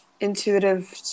intuitive